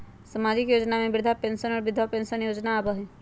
सामाजिक योजना में वृद्धा पेंसन और विधवा पेंसन योजना आबह ई?